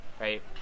right